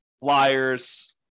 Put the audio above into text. flyers